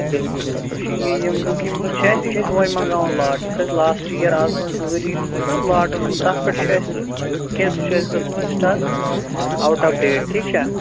بِلکُل تَتھ پٮ۪ٹھ چھِ یہِ یِم بُک یِم چھِ اَسہِ یہِ چھُ اَسہِ یِہےَ منٛگاوُن لاٹ یُس اَسہِ لاسٹہٕ یِیَر اَز برٛونٛٹھ زٕ ؤری اوس نا لاٹُن اوٚنمُت تَتھ پٮ۪ٹھ چھُ اَسہِ سُہ تِکیٛازِ سُہ چھُ اَسہِ گژھُن وۄنۍ سِٹاک اَوُٹ آف ڈیٹ ٹھیٖک چھا